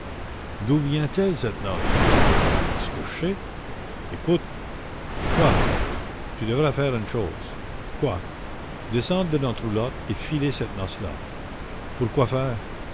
d'où vient-elle cette noce est-ce que je sais écoute quoi tu devrais faire une chose quoi descendre de notre roulotte et filer cette noce là pourquoi faire